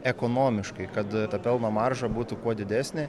ekonomiškai kad ta pelno marža būtų kuo didesnė